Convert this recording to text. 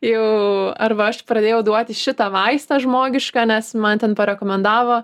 jau arba aš pradėjau duoti šitą vaistą žmogišką nes man ten parekomendavo